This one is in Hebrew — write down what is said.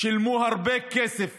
הם שילמו הרבה כסף